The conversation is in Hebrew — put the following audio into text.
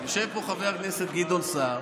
יושב פה חבר הכנסת גדעון סער,